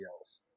else